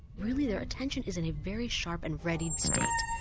really their attention is in a very sharp and readied state,